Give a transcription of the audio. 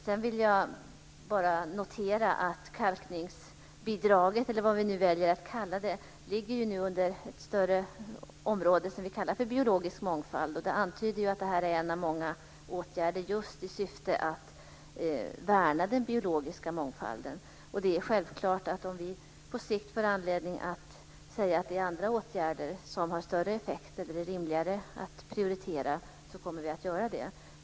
Sedan noterar jag att kalkningsbidraget, eller vad vi nu väljer att kalla det, ligger under ett större område som vi kallar för biologisk mångfald. Det antyder att det här är en av många åtgärder i syfte att värna den biologiska mångfalden. Om vi på sikt får anledning att säga att det är andra åtgärder som har större effekter och är rimligare att prioritera, så kommer vi att göra det.